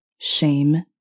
shame